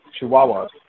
chihuahuas